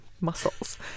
muscles